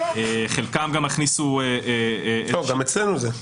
טוב, גם אצלנו זה.